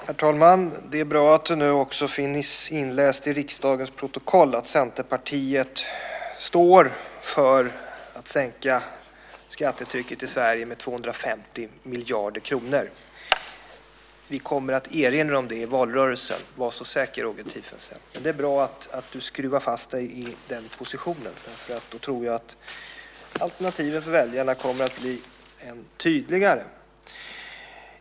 Herr talman! Det är bra att det nu också finns fört till riksdagens protokoll att Centerpartiet står för att sänka skattetrycket i Sverige med 250 miljarder kronor. Vi kommer att erinra om det i valrörelsen - var så säker, Roger Tiefensee! Men det är bra att du skruvar fast dig i den positionen, därför att då tror jag att alternativen för väljarna kommer att bli än tydligare.